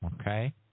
Okay